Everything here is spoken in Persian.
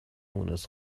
مونس